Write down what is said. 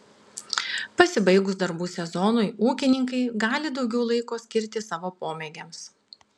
pasibaigus darbų sezonui ūkininkai gali daugiau laiko skirti savo pomėgiams